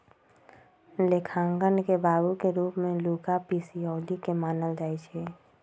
लेखांकन के बाबू के रूप में लुका पैसिओली के मानल जाइ छइ